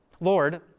Lord